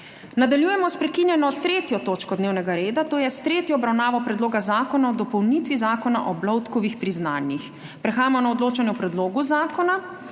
Nadaljujemo s prekinjeno 3. točko dnevnega reda, to je s tretjo obravnavo Predloga zakona o dopolnitvi Zakona o Bloudkovih priznanjih. Prehajamo na odločanje o predlogu zakona.